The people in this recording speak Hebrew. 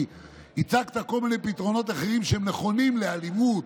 כי הצגת כל מיני פתרונות אחרים שהם נכונים לאלימות,